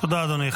תודה, אדוני.